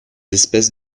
espèces